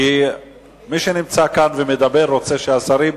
מי שנמצא כאן ומדבר רוצה שהשרים,